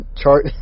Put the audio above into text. chart